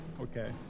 Okay